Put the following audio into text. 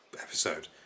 episode